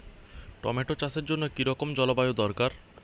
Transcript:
Tomato চাষের জন্য কি রকম জলবায়ু দরকার?